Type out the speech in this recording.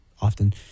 often